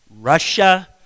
Russia